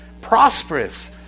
prosperous